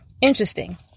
Interesting